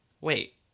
Wait